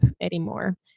anymore